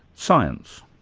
science?